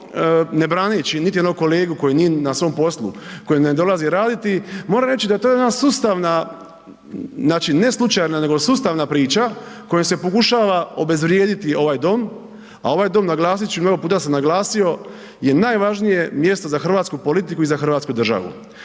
ne braneći niti jednog kolegu koji nije na svom poslu koji ne dolazi raditi, moram reći da je to jedna sustavna znači ne slučajna nego sustavna priča kojom se pokušava obezvrijediti ovaj dom, a ovaj dom naglasit ću i mnogo puta sam naglasio je najvažnije mjesto za hrvatsku politiku i za Hrvatsku državu.